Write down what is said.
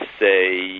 say